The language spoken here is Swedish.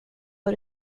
vad